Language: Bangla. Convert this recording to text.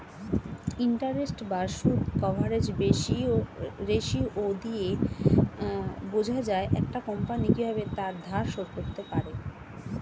ইন্টারেস্ট বা সুদ কভারেজ রেশিও দিয়ে বোঝা যায় একটা কোম্পানি কিভাবে তার ধার শোধ করতে পারে